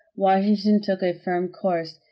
washington took a firm course.